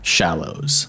Shallows